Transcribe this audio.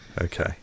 okay